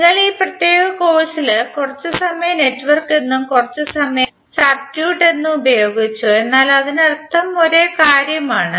നിങ്ങൾ ഈ പ്രത്യേക കോഴ്സിൽ കുറച്ചു സമയം നെറ്റ്വർക്ക് എന്നും കുറച്ചു സമയം സർക്യൂട്ട് എന്നും ഉപയോഗിച്ചു എന്നാൽ അതിനർത്ഥം ഒരേ കാര്യമാണ്